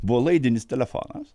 buvo laidinis telefonas